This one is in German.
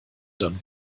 dann